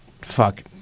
fuck